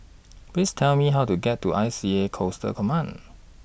Please Tell Me How to get to I C A Coastal Command